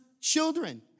children